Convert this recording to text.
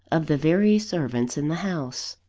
of the very servants in the house.